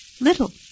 little